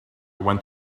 went